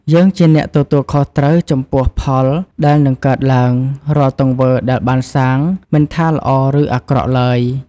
យើងជាអ្នកទទួលខុសត្រូវចំពោះផលដែលនឹងកើតឡើងរាល់ទង្វើដែលបានសាងមិនថាល្អឫអាក្រក់ទ្បើយ។